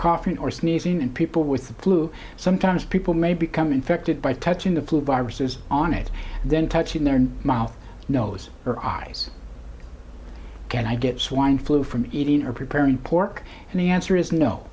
coughing or sneezing and people with the flu sometimes people may become infected by touching the flu viruses on it then touching their mouth nose or eyes can i get swine flu from eating or preparing pork and the answer is no